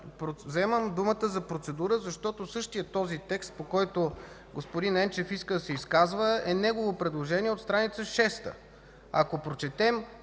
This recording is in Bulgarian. вземам думата за процедура, защото същият този текст, по който господин Енчев иска да се изказва, е негово предложение от страница шеста. Ако прочетем